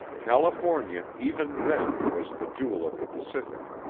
california, even then, was the jewel of the pacific.